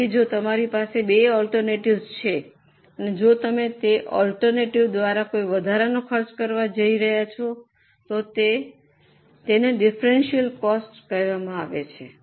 તેથી જો તમારી પાસે 2 ઑલ્ટર્નટિવ્જ઼ છે અને જો તમે તે ઑલ્ટર્નટિવ દ્વારા કોઈ વધારાનો ખર્ચ કરવા જઇ રહ્યા છો તો તેને ડિફરન્સિયલ કોસ્ટ કહેવામાં આવે છે